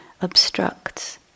Obstructs